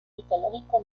mitológico